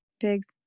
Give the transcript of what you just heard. pigs